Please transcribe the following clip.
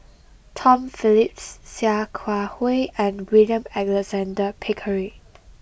Tom Phillips Sia Kah Hui and William Alexander Pickering